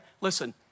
Listen